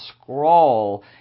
scroll